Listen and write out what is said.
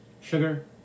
sugar